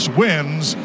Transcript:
wins